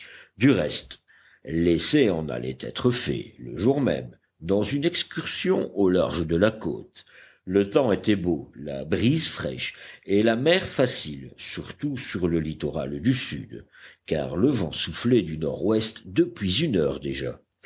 du reste l'essai en allait être fait le jour même dans une excursion au large de la côte le temps était beau la brise fraîche et la mer facile surtout sur le littoral du sud car le vent soufflait du nord-ouest depuis une heure déjà